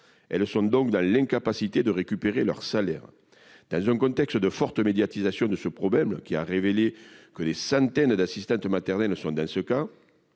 elles sont donc dans l'incapacité de récupérer leurs salaires dans un contexte de forte médiatisation de ce problème qui a révélé que des centaines d'assistantes maternelles ne sont dans ce cas,